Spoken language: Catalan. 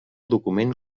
document